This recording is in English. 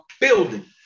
building